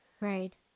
Right